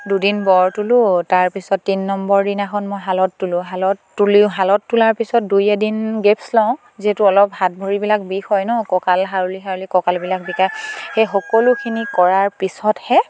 দুদিন বৰ তোলোঁ তাৰপিছত তিন নম্বৰ দিনাখন মই শালত তোলোঁ শালত তুলি শালত তোলাৰ পিছত দুই এদিন গেপছ লওঁ যিহেতু অলপ হাত ভৰিবিলাক বিষ হয় ন কঁকাল হাওলি হাওলি কঁকালবিলাক বিষায় সেই সকলোখিনি কৰাৰ পিছতহে